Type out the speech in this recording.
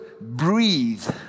breathe